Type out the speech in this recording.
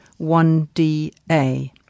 1DA